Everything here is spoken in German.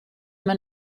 man